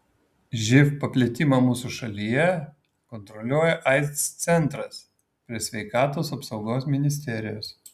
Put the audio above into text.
živ paplitimą mūsų šalyje kontroliuoja aids centras prie sveikatos apsaugos ministerijos